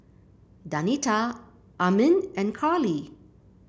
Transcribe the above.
Danita Armin and Carley